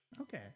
Okay